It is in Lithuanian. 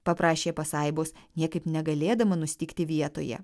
paprašė pasaibos niekaip negalėdama nustygti vietoje